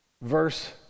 Verse